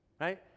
right